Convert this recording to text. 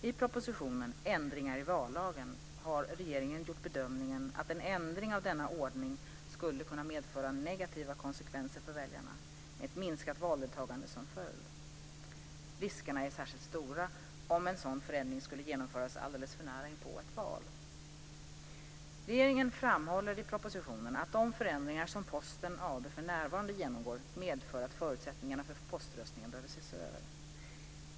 I propositionen Ändringar i vallagen, m.m. har regeringen gjort bedömningen att en ändring av denna ordning skulle kunna medföra negativa konsekvenser för väljarna, med ett minskat valdeltagande som följd. Riskerna är särskilt stora om en sådan förändring genomförs alltför nära inpå ett val. Regeringen framhåller i propositionen att de förändringar som Posten AB för närvarande genomgår medför att förutsättningarna för poströstningen behöver ses över.